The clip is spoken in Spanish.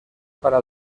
para